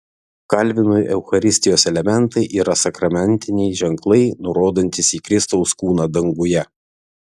kalvinui eucharistijos elementai yra sakramentiniai ženklai nurodantys į kristaus kūną danguje